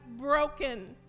broken